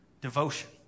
devotion